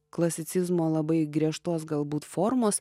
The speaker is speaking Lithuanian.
klasicizmo labai griežtos galbūt formos